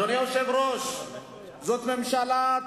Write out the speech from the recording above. אדוני היושב-ראש, זאת ממשלת